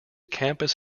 campus